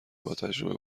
باتجربه